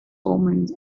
omens